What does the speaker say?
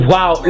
Wow